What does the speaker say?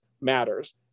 matters